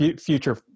future